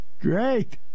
Great